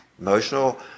emotional